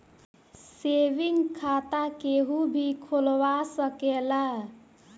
saving खाता केहू भी खोलवा सकेला